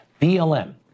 BLM